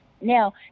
Now